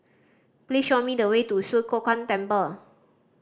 please show me the way to Swee Kow Kuan Temple